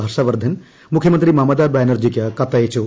ഹർഷ് വർദ്ധൻ മുഖ്യമന്ത്രി മമതാ ബാനർജിക്ക് കത്തയച്ചു